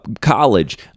college